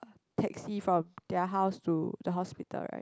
taxi from their house to the hospital right